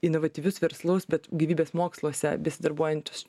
inovatyvius verslus bet gyvybės moksluose besidarbuojančius